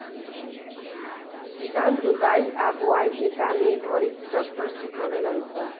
किसान जोताई आ बोआई के काम ए घड़ी ट्रक्टर से करेलन स